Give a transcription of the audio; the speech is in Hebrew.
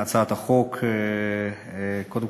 כבוד היושב-ראש,